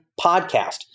podcast